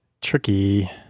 tricky